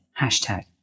hashtag